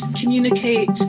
communicate